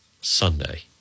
Sunday